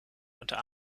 unter